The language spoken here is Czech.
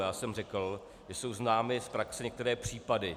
Já jsem řekl, že jsou známy z praxe některé případy.